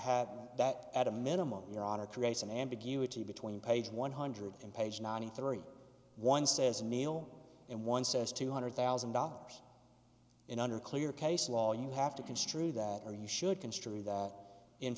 have that at a minimum your honor creates an ambiguity between page one hundred and page ninety three one says male and one says two hundred thousand dollars in under clear case law you have to construe that or you should construe that in